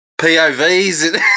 POVs